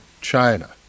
China